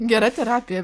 gera terapija